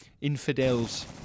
infidels